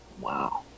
Wow